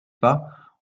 pas